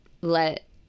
let